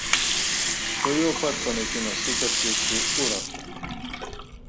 tuojau pat panaikino sutartį su urachu